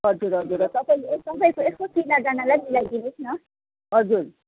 हजुर हजुर तपाईँको यसो चिनाजानालाई मिलाइदिनुहोस् न हजुर